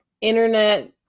internet